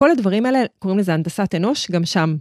כל הדברים האלה קוראים לזה הנדסת אנוש גם שם.